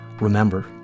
Remember